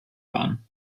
waren